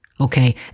okay